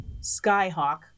Skyhawk